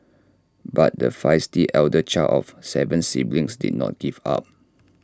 but the feisty elder child of Seven siblings did not give up